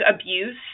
abuse